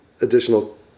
additional